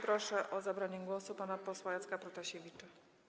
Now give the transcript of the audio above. Proszę o zabranie głosu pana posła Jacka Protasiewicza.